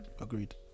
Agreed